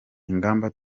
ingamba